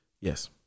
Yes